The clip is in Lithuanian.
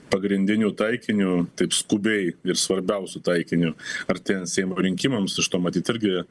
pagrindiniu taikiniu taip skubiai ir svarbiausiu taikiniu artėjant seimo rinkimams iš to matyt irgi